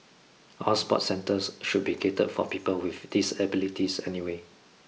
all sports centres should be catered for people with disabilities anyway